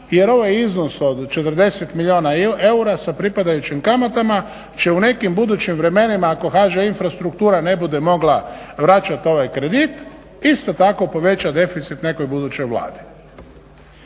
Jer ovaj iznos od 40 milijuna eura sa pripadajućim kamatama će u nekim budućim vremenima ako HŽ Infrastruktura ne bude mogla vraćati ovaj kredit isto tako poveća deficit nekoj budućoj Vladi.